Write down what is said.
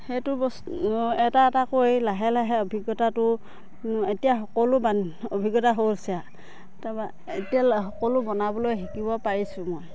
সেইটো বস্তু মই এটা এটাকৈ লাহে লাহে অভিজ্ঞতাটো এতিয়া সকলো বান অভিজ্ঞতা হৈছে আৰু তাৰপৰা এতিয়া সকলো বনাবলৈ শিকিব পাৰিছোঁ মই